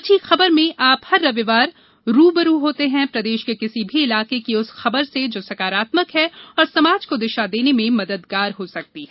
अच्छी खबर में आप हर रविवार रू ब रू होते हैं प्रदेश के किसी भी इलाके की उस खबर से जो सकारात्मक है और समाज को दिशा देने में मददगार हो सकती है